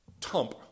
tump